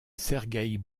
sergueï